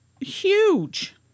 huge